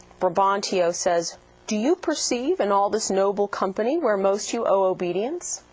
brabantio says do you perceive in all this noble company where most you owe obedience?